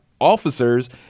officers